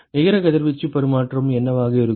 நிகர கதிர்வீச்சு பரிமாற்றம் என்னவாக இருக்கும்